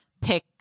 pick